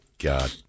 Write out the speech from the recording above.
God